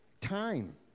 time